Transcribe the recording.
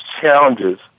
challenges